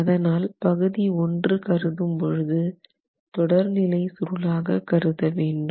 ஆனால் பகுதி ஒன்று கருதும் போது தொடர்நிலை சுருளாக கருத வேண்டும்